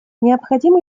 необходимо